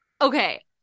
okay